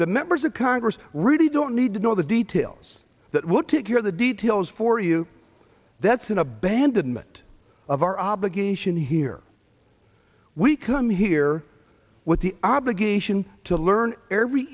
the members of congress really don't need to know the details that want to hear the details for you that's an abandonment of our obligation here we come here with the obligation to learn every